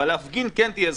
אבל להפגין כן תהיה זכות.